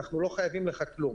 אנחנו לא חייבים לך כלום.